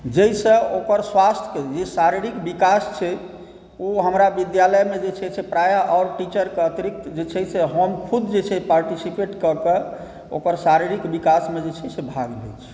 जाहिसँ ओकर स्वास्थ्य एवंकेँ लिए शारीरिक विकास छै ओ हमरा विद्यालयमे जे छै से प्रायः आओर टीचर कऽअतिरिक्त हम जे छै से खुद जे छै पार्टिसिपेट कऽकऽओकर शरीरोइक मेंविकासमे जे छै से भाग लेइ छी